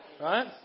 Right